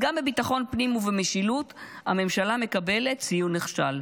אז גם בביטחון פנים ובמשילות הממשלה מקבלת ציון נכשל.